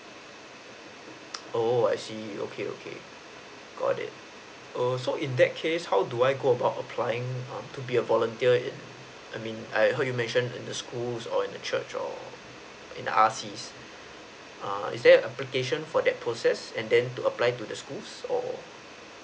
oo I see okay okay got it err so in that case how do I go about applying um to be a volunteer in I mean I heard you mentioned in the schools or in a church or in the R_C err is there application for that process and then to apply to the schools or